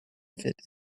fit